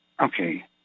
Okay